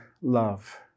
love